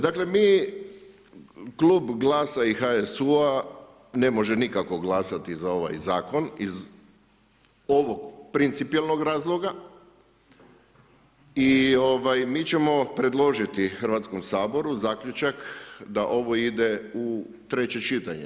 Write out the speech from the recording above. Dakle, mi Klub Glasa i HSU-a ne može nikako glasati za ovaj Zakon iz ovog principijelnog razloga i mi ćemo predložiti Hrvatskom saboru zaključak da ovo ide u treće čitanje.